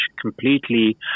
completely